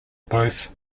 both